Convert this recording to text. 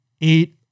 eight